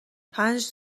پنج